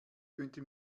könnte